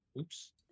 Oops